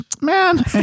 man